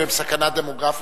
אם הם סכנה דמוגרפית,